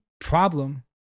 problem